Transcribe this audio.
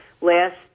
last